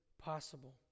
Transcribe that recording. possible